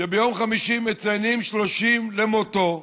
שביום חמישי מציינים 30 למותו,